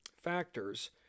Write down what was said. factors